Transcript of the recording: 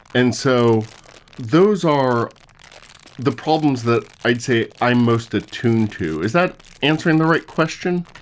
and so those are the problems that i'd say i am most attuned to. is that answering the right question?